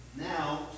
now